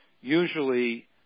usually